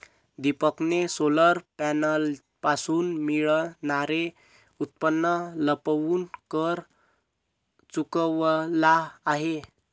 दीपकने सोलर पॅनलपासून मिळणारे उत्पन्न लपवून कर चुकवला आहे